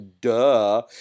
duh